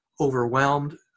overwhelmed